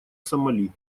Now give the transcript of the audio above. сомали